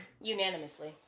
Unanimously